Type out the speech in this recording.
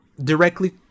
directly